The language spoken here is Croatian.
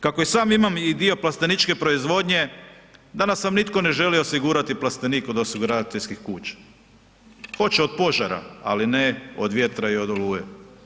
Kako i sam imam i dio plasteničke proizvodnje, danas vam nitko ne želi osigurati plastenik od osiguravateljskih kuća, hoće od požara, ali ne od vjetra i od oluje.